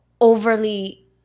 overly